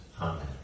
Amen